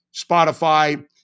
Spotify